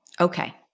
Okay